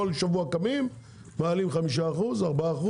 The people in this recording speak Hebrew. כל שבוע קמים, מעלים 5%, 4%,